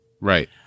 Right